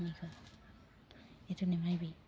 এইটো নামাৰিবি